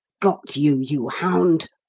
got you, you hound!